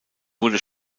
wurde